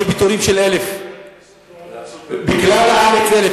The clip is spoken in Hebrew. יהיו פיטורים של 1,000. בכל הארץ 1,000,